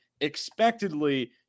expectedly